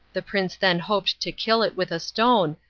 the prince then hoped to kill it with a stone,